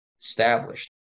established